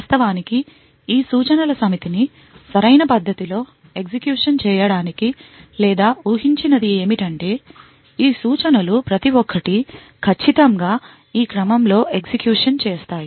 వాస్తవానికి ఈ సూచనల సమితిని సరైన పద్ధతిలో ఎగ్జిక్యూషన్ చేయడానికి లేదా ఊహించినది ఏమిటంటే ఈ సూచనలు ప్రతి ఒక్కటి ఖచ్చితంగా ఈ క్రమంలో ఎగ్జిక్యూషన్ చేస్తాయి